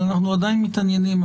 אבל אנחנו עדיין מעניינים.